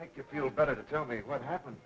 make you feel better to tell me what happened